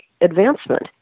advancement